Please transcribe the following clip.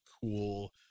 cool